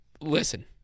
Listen